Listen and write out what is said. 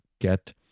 get